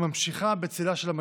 היא ממשיכה בצילה של המגפה.